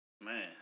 Man